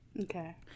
Okay